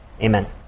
amen